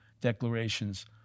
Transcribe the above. declarations